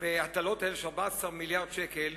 של 14 מיליארד שקל,